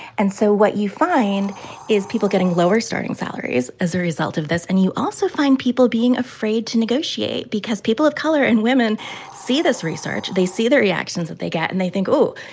and so what you find is people getting lower starting salaries as a result of this, and you also find people being afraid to negotiate. because people of color and women see this research, they see the reactions that they get, and they think oh,